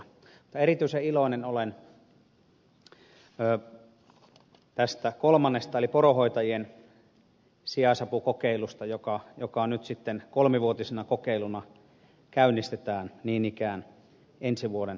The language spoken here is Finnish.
mutta erityisen iloinen olen tästä kolmannesta eli poronhoitajien sijaisapukokeilusta joka nyt sitten kolmivuotisena kokeiluna käynnistetään niin ikään ensi vuoden alusta